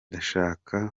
ndashaka